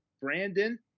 Brandon